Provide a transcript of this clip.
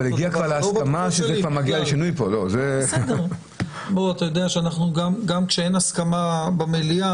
אתה יודע שגם כשאין הסכמה במליאה,